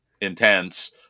intense